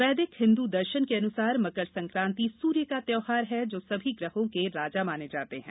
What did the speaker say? वैदिक हिंदू दर्शन के अनुसार मकर संक्रांति सूर्य का त्यौहार है जो सभी ग्रहों के राजा माने जाते हैं